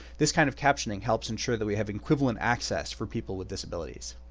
this kind of captioning helps ensure that we have equivalent access for people with disabilities.